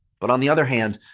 but, on the other hand,